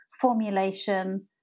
formulation